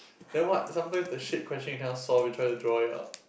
then what sometimes the shape question you cannot solve you try to draw it out